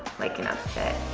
like an upset